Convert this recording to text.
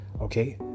okay